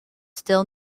still